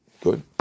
Good